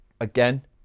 again